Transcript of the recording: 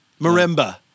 marimba